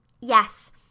Yes